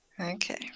Okay